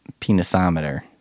penisometer